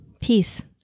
Peace